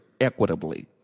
equitably